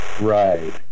Right